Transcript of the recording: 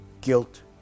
guilt